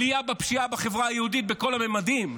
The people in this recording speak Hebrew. עלייה בפשיעה בחברה היהודית בכל הממדים,